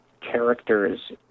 characters